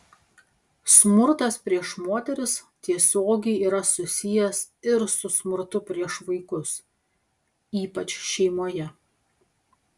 smurtas prieš moteris tiesiogiai yra susijęs ir su smurtu prieš vaikus ypač šeimoje